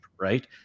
Right